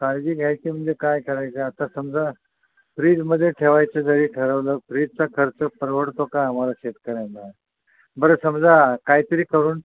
काळजी घ्यायची म्हणजे काय करायचं आता समजा फ्रिजमध्ये ठेवायचं जरी ठरवलं फ्रिजचा खर्च परवडतो का आम्हाला शेतकऱ्यांना बरं समजा काहीतरी करून